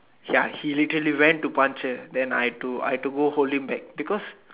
ya he literally went to punch her then I had to I had to go hold him back because